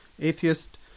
atheist